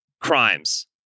crimes